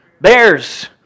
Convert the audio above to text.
Bears